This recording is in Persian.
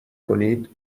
کنید